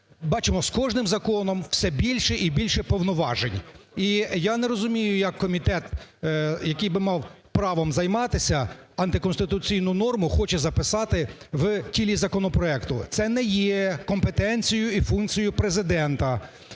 бачимо, з кожним законом все більше і більше повноважень. І я не розумію як комітет, який би мав правом займатися, антиконституційну норму хоче записати в тілі законопроекту. Це не є компетенцією і функцією Президента.